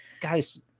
guys